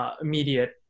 immediate